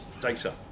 data